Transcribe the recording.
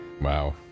wow